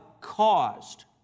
caused